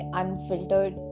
unfiltered